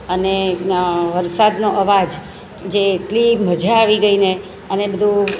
અને વરસાદનો અવાજ જે એટલી મઝા આવી ગઈ ને અને બધું